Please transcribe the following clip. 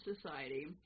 Society